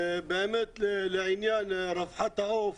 לעניין רווחת העוף,